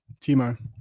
Timo